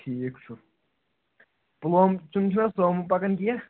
ٹھیٖک چھُ پُلووم کِنۍ چھُ نَہ سوموٗ پکان کیٚنٛہہ